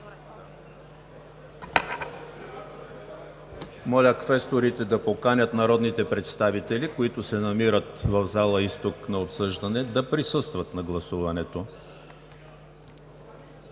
Моля, квесторите, да поканят народните представители, които се намират в зала „Изток“ на обсъждане, да присъстват на гласуването.